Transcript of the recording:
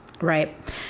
right